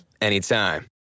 anytime